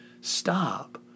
Stop